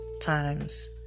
times